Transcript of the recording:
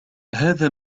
هذا